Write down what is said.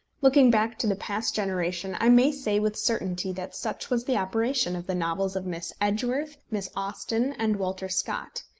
looking back to the past generation, i may say with certainty that such was the operation of the novels of miss edgeworth, miss austen, and walter scott.